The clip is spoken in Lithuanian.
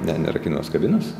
ne nerakinamos kabinos